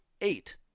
eight